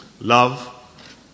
Love